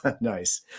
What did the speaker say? Nice